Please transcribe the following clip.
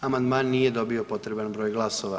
Amandman nije dobio potreban broj glasova.